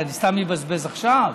אז אני סתם אבזבז עכשיו?